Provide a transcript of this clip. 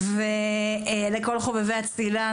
לכל חובבי הצלילה,